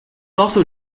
also